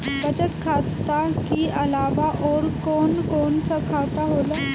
बचत खाता कि अलावा और कौन कौन सा खाता होला?